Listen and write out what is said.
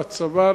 לצבא,